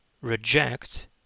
Reject